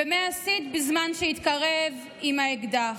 "ומה עשית בזמן שהתקרב / עם האקדח,